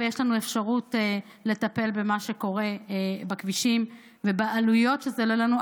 ויש לנו אפשרות לטפל במה שקורה בכבישים ובעלויות שזה עולה לנו,